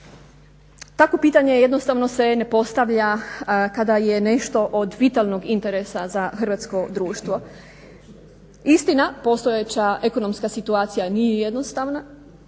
Takvo pitanje jednostavno se ne postavlja kada je nešto od vitalnog interesa za hrvatsko društvo. Istina, postojeća ekonomska situacija nije jednostavna,